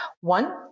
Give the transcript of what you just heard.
One